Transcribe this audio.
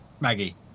Maggie